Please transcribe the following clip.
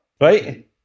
Right